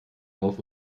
auf